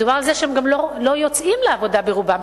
מדובר על זה שהם גם לא יוצאים לעבודה ברובם.